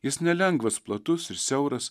jis nelengvas platus ir siauras